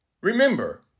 remember